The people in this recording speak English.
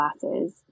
Glasses